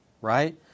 right